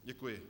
Děkuji.